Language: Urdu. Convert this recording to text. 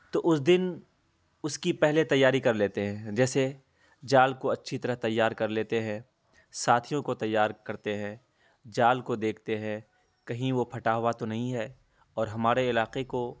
تو اس دن اس کی پہلے تیاری کر لیتے ہیں جیسے جال کو اچھی طرح تیار کر لیتے ہیں ساتھیوں کو تیار کرتے ہیں جال کو دیکھتے ہیں کہیں وہ پھٹا ہوا تو نہیں ہے اور ہمارے علاقے کو